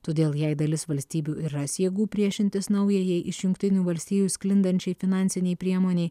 todėl jei dalis valstybių ir ras jėgų priešintis naujajai iš jungtinių valstijų sklindančiai finansinei priemonei